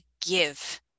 give